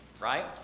right